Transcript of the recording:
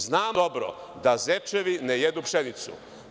Znamo dobro da zečevi ne jedu pšenicu.